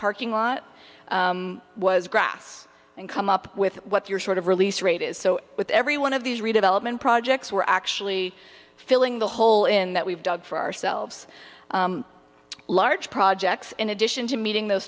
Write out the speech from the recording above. parking lot was grass and come up with what your sort of release rate is so with every one of these redevelopment projects we're actually filling the hole in that we've dug for ourselves large projects in addition to meeting those